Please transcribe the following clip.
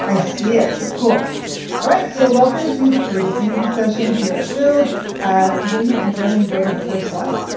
i see it cool alright so welcome to the creative thinking session here at build when you can go ahead and go to the first slide.